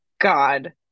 God